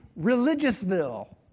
religiousville